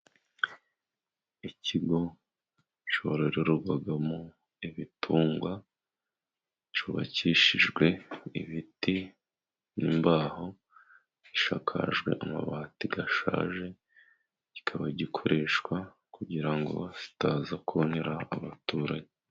Ikigo cyororerwamo ibitungwa cyubakishijwe ibiti n'imbaho gishakajwe amabati ashaje, kikaba gikoreshwa kugira ngo zitaza konera abaturage.